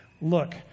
look